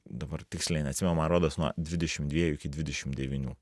dabar tiksliai neatsimenu man rodos nuo dvidešim dviejų iki dvidešim devynių